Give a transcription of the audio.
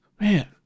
man